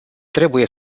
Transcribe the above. trebuie